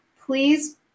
please